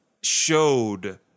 showed